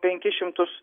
penkis šimtus